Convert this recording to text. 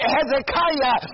Hezekiah